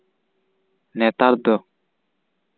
ᱱᱮᱛᱟᱨ ᱫᱚ